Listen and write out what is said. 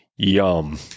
Yum